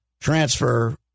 transfer